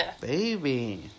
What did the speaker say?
Baby